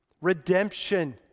Redemption